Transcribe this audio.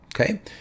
Okay